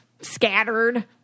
scattered